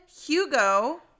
Hugo